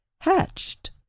hatched